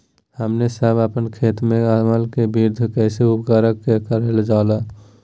हमने सब अपन खेत में अम्ल कि वृद्धि किस उर्वरक से करलजाला?